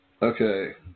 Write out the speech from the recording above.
Okay